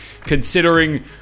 considering